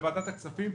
בוועדת הכספים,